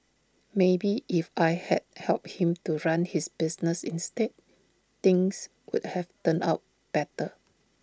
maybe if I had helped him to run his business instead things would have turned out better